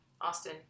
Austin